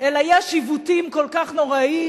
אלא יש עיוותים כל כך נוראיים,